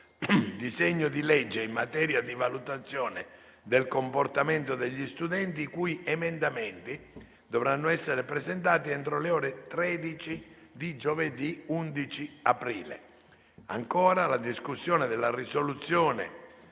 disegno di legge in materia di valutazione del comportamento degli studenti, i cui emendamenti dovranno essere presentati entro le ore 13 di giovedì 11 aprile; discussione della risoluzione